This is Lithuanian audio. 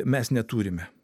mes neturime